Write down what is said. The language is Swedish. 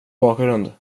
bakgrund